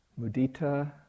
Mudita